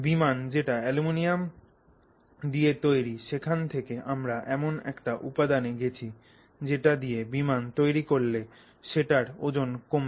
বিমান যেটা অ্যালুমিনিয়াম দিয়ে তৈরি সেখান থেকে আমরা এমন একটা উপাদানে গেছি যেটা দিয়ে বিমান তৈরি করলে সেটার ওজন কমবে